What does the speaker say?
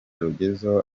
rugezeho